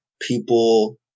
people